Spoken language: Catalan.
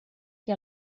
qui